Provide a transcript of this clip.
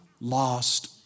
lost